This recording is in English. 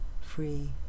free